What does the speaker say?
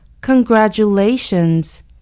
Congratulations